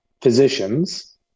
physicians